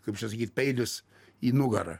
kaip čia sakyt peilis į nugarą